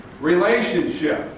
Relationship